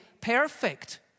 perfect